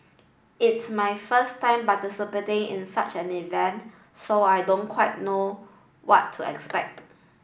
it's my first time participating in such an event so I don't quite know what to expect